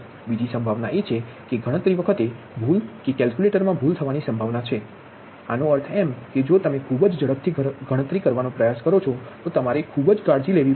બીજી સંભાવના એ છે કે ગણતરી વખતે ભૂલ કે કેલ્ક્યુલેટર મા ભૂલ થવાનીશક્યતા છેઅર્થ જો તમે ખૂબ જ ઝડપથી ગણતરી કરવાનો પ્રયાસ કરો છો તો તમારે ખૂબ કાળજી લેવી પડશે